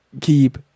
keep